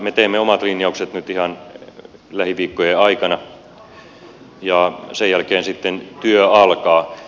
me teemme omat linjauksemme nyt ihan lähiviikkojen aikana ja sen jälkeen sitten työ alkaa